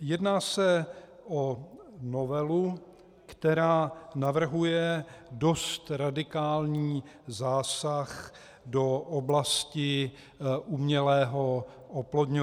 Jedná se o novelu, která navrhuje dost radikální zásah do oblasti umělého oplodňování.